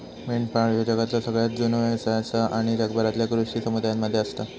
मेंढपाळ ह्यो जगातलो सगळ्यात जुनो व्यवसाय आसा आणि जगभरातल्या कृषी समुदायांमध्ये असता